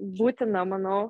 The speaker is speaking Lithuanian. būtina manau